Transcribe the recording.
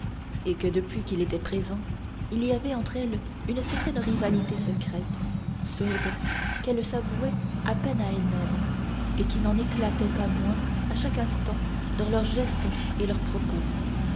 et que depuis qu'il était présent il y avait entre elles une certaine rivalité secrète sourde qu'elles s'avouaient à peine à elles-mêmes et qui n'en éclatait pas moins à chaque instant dans leurs gestes et leurs propos